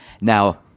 Now